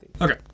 Okay